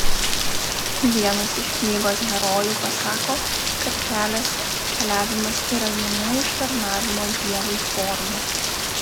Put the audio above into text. vienas iš knygos herojų pasako kad kelias keliavimas yra viena iš tarnavimo dievui formų